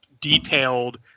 detailed